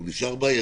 הוא נשאר בעייתי,